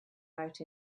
out